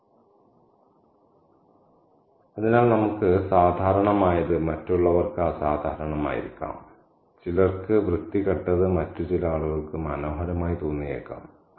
7 അതിനാൽ നമുക്ക് സാധാരണമായത് മറ്റുള്ളവർക്ക് അസാധാരണമായിരിക്കാം ചിലർക്ക് വൃത്തികെട്ടത് മറ്റ് ചില ആളുകൾക്ക് മനോഹരമായി തോന്നിയേക്കാം